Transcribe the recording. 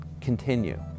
continue